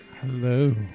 Hello